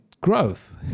growth